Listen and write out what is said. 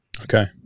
Okay